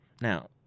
now